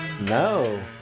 No